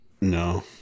no